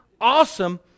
awesome